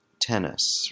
Tennis